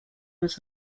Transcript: was